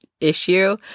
issue